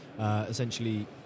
essentially